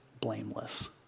blameless